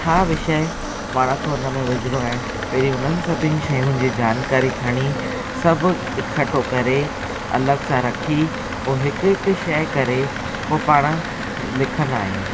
छा विषय पाण खे उनमें विझणो आहे पहिरीं उन्हनि सभिनि शयुनि जी जानकारी खणी सभु इकट्ठो करे अलॻि सां रखी पोइ हिकु हिकु शइ करे पोइ पाण लिखंदा आहियूं